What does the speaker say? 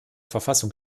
verfassung